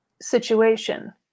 situation